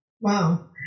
Wow